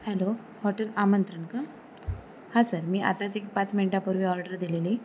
hello hotel Amantran का हां sir मी आताच एक पाच मिनटापूर्वी ऑर्डर दिलेली